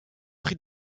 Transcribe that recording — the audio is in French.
prix